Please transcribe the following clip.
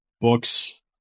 books